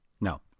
No